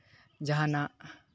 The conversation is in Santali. ᱡᱟᱦᱟᱱᱟᱜ